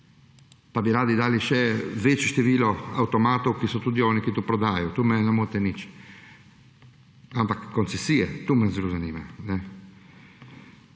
Pa bi radi dali še večje število avtomatov. Oni so tudi tisti, ki to prodajajo. To mene ne moti nič, ampak koncesije, to me zelo zanima.